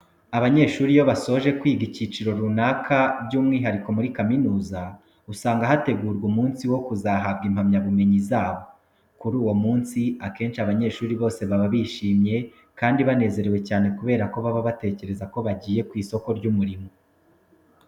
Abanyeshuri iyo basoje kwiga icyiciro runaka by'umwihariko muri kaminuza, usanga hategurwa umunsi wo kuzahabwa impamyabumenyi zabo. Kuri uwo munsi akenshi abanyeshuri bose baba bishimye kandi banezerewe cyane kubera ko baba batekereza ko bagiye ku isoko ry'umurimo.